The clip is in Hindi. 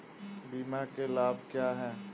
बीमा के लाभ क्या हैं?